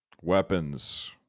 Weapons